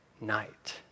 night